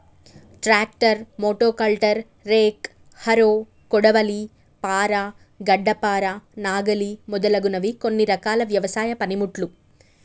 tractor, మోటో కల్టర్, rake, harrow, కొడవలి, పార, గడ్డపార, నాగలి మొదలగునవి కొన్ని రకాల వ్యవసాయ పనిముట్లు